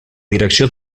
direcció